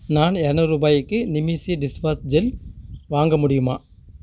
நான் இரநூருபாய்க்கு நிமீஸி டிஷ்வாஷ் ஜெல் வாங்க முடியுமா